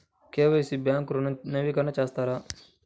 KYC తో bank ఋణం నవీకరణ చేస్తారా?